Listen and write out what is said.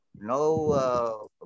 no